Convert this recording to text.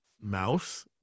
mouse